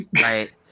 Right